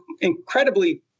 incredibly